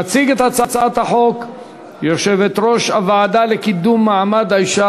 תציג את הצעת החוק יושבת-ראש הוועדה לקידום מעמד האישה,